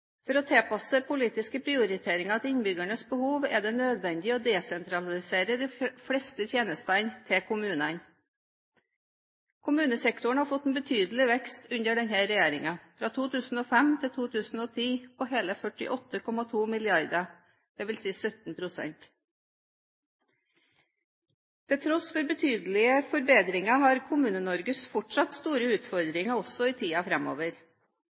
For å tilpasse politiske prioriteringer til innbyggernes behov er det nødvendig å desentralisere de fleste tjenestene til kommunene. Kommunesektoren har fått en betydelig vekst under denne regjeringen – fra 2005 til 2010 på hele 48,2 mrd. kr., dvs. på 17 pst. Til tross for betydelige forbedringer har Kommune-Norge store utfordringer også i tiden fremover.